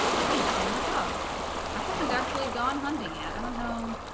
um i'm gonna train my dog i haven't actually gone hunting yet i don't know